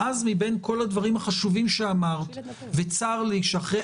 ואז מבין כל הדברים החשובים שאמרת וצר לי שאחרי